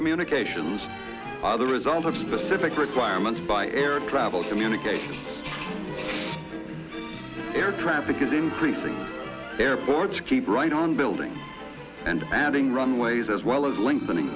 communications are the result of specific requirements by air travel communications air traffic is increasing airports keep right on building and adding runways as well as l